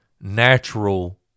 natural